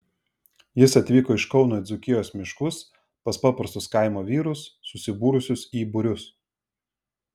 jis atvyko iš kauno į dzūkijos miškus pas paprastus kaimo vyrus susibūrusius į būrius